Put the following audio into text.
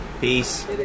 Peace